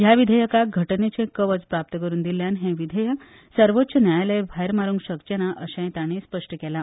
ह्या विधेयकाक घटनेचे कवच प्राप्त करून दिल्ल्यान हे विधेयक सर्वोच्च न्यायालय भायर मारूंक शकचे ना अशेंय तांणी स्पष्ट केला